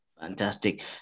Fantastic